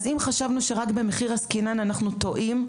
אז אם חשבנו שרק במחיר עסקינן, אנחנו טועים.